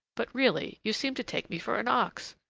but really, you seem to take me for an ox.